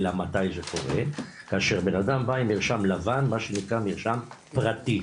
אלא מתי זה קורה כאשר בנאדם בא עם מרשם לבן מה שנקרא מרשם פרטי,